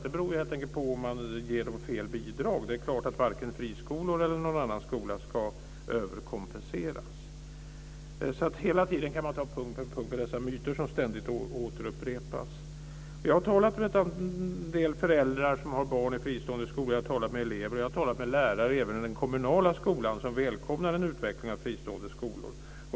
Det beror helt enkelt på att man ger dem fel bidrag. Varken friskolor eller någon annan skola ska överkompenseras. Hela tiden kan man punkt för punkt ta upp dessa myter, som ständigt återupprepas. Jag har talat med en del föräldrar som har barn i fristående skolor. Jag har talat med elever och jag har talat med lärare, även i den kommunala skolan, som välkomnar en utveckling av fristående skolor.